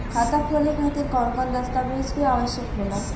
खाता खोले खातिर कौन कौन दस्तावेज के आवश्यक होला?